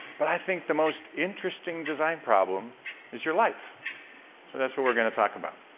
but i think the most interesting design problem is your life! so that's what we're going to talk about.